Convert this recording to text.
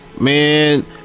man